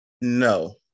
No